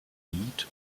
niet